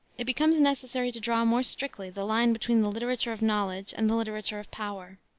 it becomes necessary to draw more strictly the line between the literature of knowledge and the literature of power.